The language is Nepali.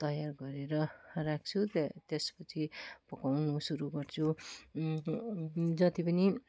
तयार गरेर राख्छु त्य त्यसपछि पकाउनु सुरु गर्छु जति पनि